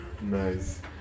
Nice